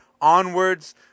onwards